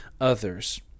others